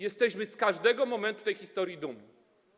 Jesteśmy z każdego momentu tej historii dumni.